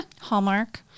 Hallmark